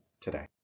today